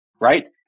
Right